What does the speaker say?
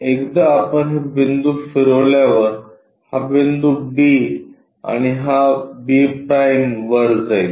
एकदा आपण हे बिंदू फिरवल्यावर हा बिंदू b आणि हा b' वर जाईल